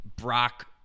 brock